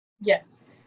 Yes